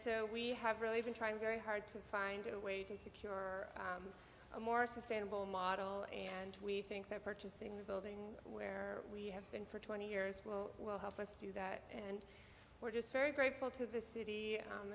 so we have really been trying very hard to find a way to secure a more sustainable model and we think that purchasing the building where we have been for twenty years will will help us do that and we're just very grateful to the city